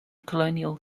colonial